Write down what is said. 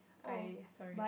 I sorry